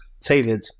tailored